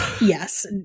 Yes